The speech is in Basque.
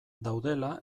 daudela